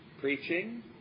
Preaching